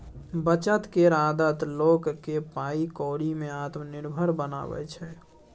बचत केर आदत लोक केँ पाइ कौड़ी में आत्मनिर्भर बनाबै छै